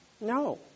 No